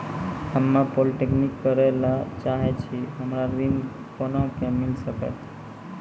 हम्मे पॉलीटेक्निक करे ला चाहे छी हमरा ऋण कोना के मिल सकत?